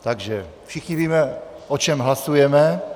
Takže všichni víme, o čem hlasujeme.